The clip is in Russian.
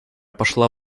пошла